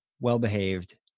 well-behaved